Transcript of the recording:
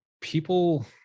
people